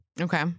Okay